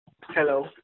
hello